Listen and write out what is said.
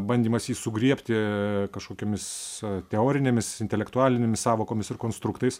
bandymas jį sugriebti kažkokiomis teorinėmis intelektualinėmis sąvokomis ir konstruktais